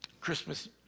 Christmas